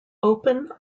open